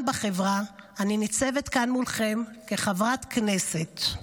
בחברה אני ניצבת כאן מולכם כחברת כנסת.